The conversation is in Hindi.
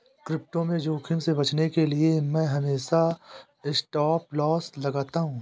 क्रिप्टो में जोखिम से बचने के लिए मैं हमेशा स्टॉपलॉस लगाता हूं